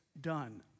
done